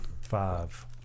five